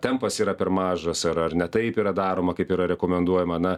tempas yra per mažas ar ar ne taip yra daroma kaip yra rekomenduojama na